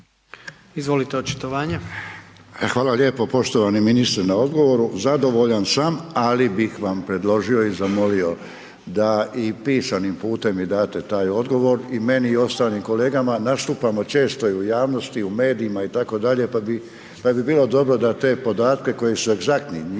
i solidarnosti)** Hvala lijepo poštovani ministre na odgovoru. Zadovoljan sam, ali bih vam predložio i zamolio da i pisanim putem mi date taj odgovor i meni i ostalim kolegama, nastupamo često u javnosti i u medijima itd. pa bi bilo dobro da te podatke koji su egzaktnih, njih